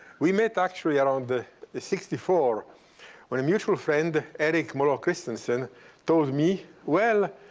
we met actually around the the sixty four when a mutual friend erik mollo-christensen told me, well,